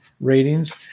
ratings